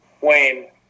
Wayne